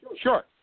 Sure